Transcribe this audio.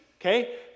okay